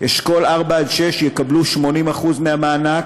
אשכול 4 6 יקבלו 80% מהמענק,